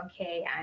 okay